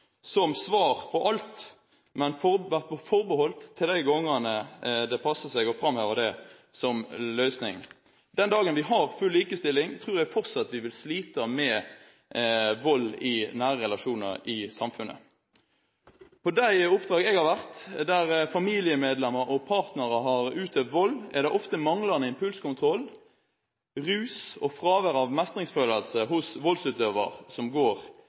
som svar på alt, men blir forbeholdt de gangene det passer seg å framheve det som løsning. Den dagen vi har full likestilling, tror jeg fortsatt vi vil slite med vold i nære relasjoner i samfunnet. På de oppdrag jeg har vært der familiemedlemmer og partnere har utøvd vold, er det ofte manglende impulskontroll, rus og fravær av mestringsfølelse hos voldsutøver som går